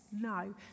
no